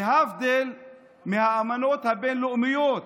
להבדיל מהאמנות הבין-לאומיות,